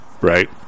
right